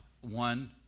one